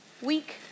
Week